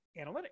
analytics